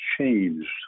changed